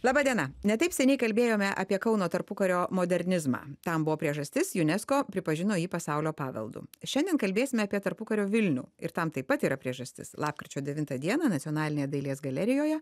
laba diena ne taip seniai kalbėjome apie kauno tarpukario modernizmą tam buvo priežastis unesco pripažino jį pasaulio paveldu šiandien kalbėsime apie tarpukario vilnių ir tam taip pat yra priežastis lapkričio devintą dieną nacionalinėje dailės galerijoje